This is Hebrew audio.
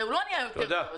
הוא לא נהיה יותר טוב.